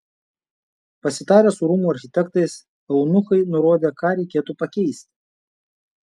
pasitarę su rūmų architektais eunuchai nurodė ką reikėtų pakeisti